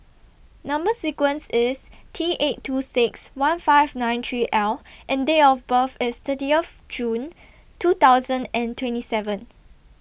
Number sequence IS T eight two six one five nine three L and Date of birth IS thirty of June two thousand and twenty seven